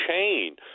chain